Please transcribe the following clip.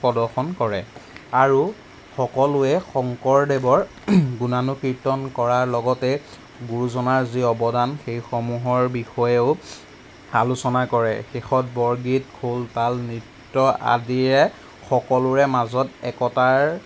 প্ৰদৰ্শন কৰে আৰু সকলোৱে শংকৰদেৱৰ গুণানুকীৰ্তন কৰাৰ লগতে গুৰুজনাৰ যি অৱদান সেইসমূহৰ বিষয়েও আলোচনা কৰে শেষত বৰগীত খোল তাল নৃত্য আদিয়ে সকলোৰে মাজত একতাৰ